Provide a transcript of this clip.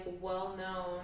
well-known